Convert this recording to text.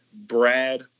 Brad